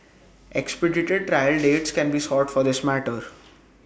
expedited trial dates can be sought for this matter